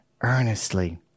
earnestly